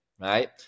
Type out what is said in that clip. right